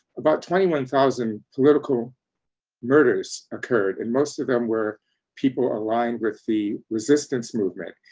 about twenty one thousand political murders occurred, and most of them were people aligned with the resistance movement.